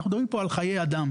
אנחנו מדברים כאן על חיי אדם.